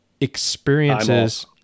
Experiences